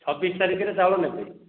ଛବିସ ତାରିଖରେ ଚାଉଳ ନେବେ